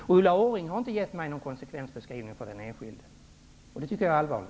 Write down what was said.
Inte heller har Ulla Orring gett mig någon beskrivning av konsekvenserna för den enskilde, och det tycker jag är allvarligt.